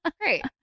Great